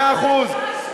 מאה אחוז,